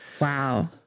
Wow